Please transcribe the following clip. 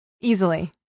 Easily